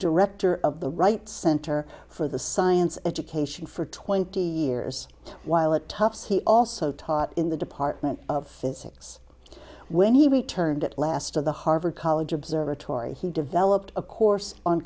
director of the right center for the science education for twenty years while at tufts he also taught in the department of physics when he returned at last to the harvard college observatory he developed a course on